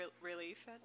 relief